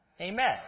Amen